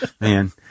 man